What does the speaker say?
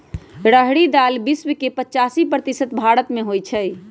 रहरी दाल विश्व के पचासी प्रतिशत भारतमें होइ छइ